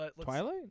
Twilight